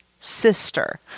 sister